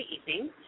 evening